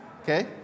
Okay